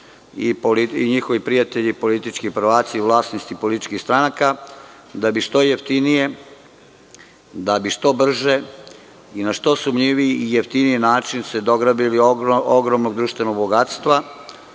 i njihovi prijatelji politički prvaci, vlasnici političkih stranaka, da bi što jeftinije, da bi što brže i na što sumnjiviji i jeftiniji način se dograbili ogromnog društvenog bogatstva.